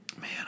Man